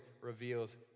reveals